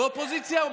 והאופוזיציה,